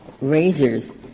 razors